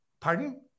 Pardon